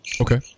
Okay